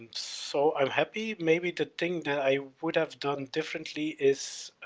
so i'm happy. maybe the thing that i would have done differently is,